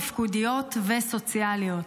תפקודיות וסוציאליות.